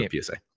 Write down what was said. PSA